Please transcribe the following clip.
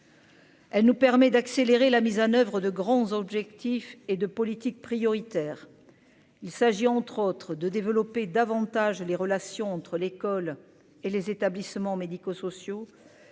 Elle nous permet d'accélérer la mise en oeuvre de grands objectifs et de politique prioritaire, il s'agit entre autres de développer davantage les relations entre l'école et les établissements médico-sociaux,